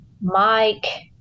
Mike